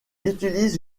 utilise